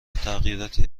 تغییراتی